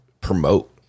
promote